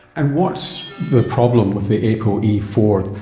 and what's the problem with the a p o e four?